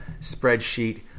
spreadsheet